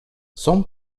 some